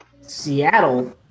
Seattle